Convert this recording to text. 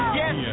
yes